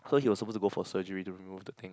so he was supposed to go for surgery to remove the thing